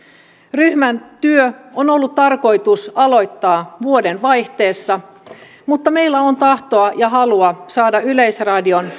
ryhmän työ on ollut tarkoitus aloittaa vuodenvaihteessa mutta meillä on tahtoa ja halua saada yleisradiosta